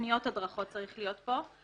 יכול להיות שיש